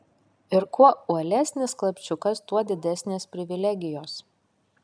ir kuo uolesnis klapčiukas tuo didesnės privilegijos